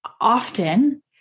often